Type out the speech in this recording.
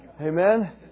Amen